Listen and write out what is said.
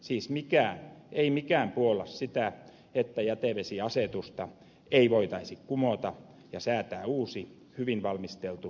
siis ei mikään puolla sitä että jätevesiasetusta ei voitaisi kumota ja säätää uusi hyvin valmisteltu ympäristönsuojelutavoitteet toteuttava laki